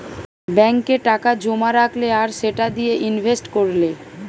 ব্যাংকে টাকা জোমা রাখলে আর সেটা দিয়ে ইনভেস্ট কোরলে